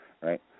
right